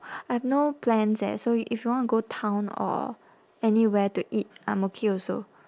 I have no plans eh so if you want to go town or anywhere to eat I'm okay also